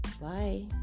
Bye